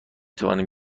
توانم